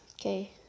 Okay